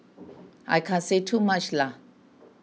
I can't say too much